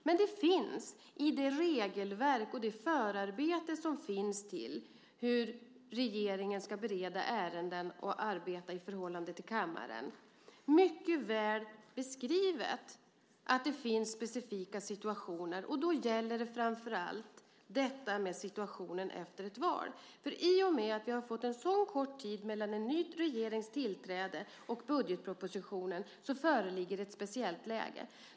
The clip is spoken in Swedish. Men det finns i regelverket och förarbetena när det gäller hur regeringen ska bereda ärenden och arbeta i förhållande till kammaren mycket väl beskrivet att det finns specifika situationer, och det gäller framför allt situationen efter ett val. I och med att det är så kort tid mellan en ny regerings tillträde och framläggandet av budgetpropositionen så föreligger det ett speciellt läge.